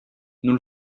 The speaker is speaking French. nous